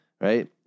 right